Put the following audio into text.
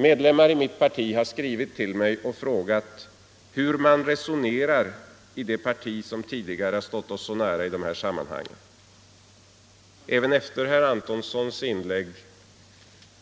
Medlemmar i mitt parti har skrivit till mig och frågat hur man resonerar i det parti som tidigare stått oss så nära i detta sammanhang. Även efter herr Antonssons inlägg